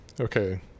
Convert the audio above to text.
okay